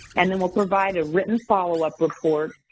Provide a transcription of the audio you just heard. and then we'll provide a written followup report,